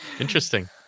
interesting